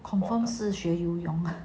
confirm 是学游泳 lah